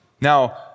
Now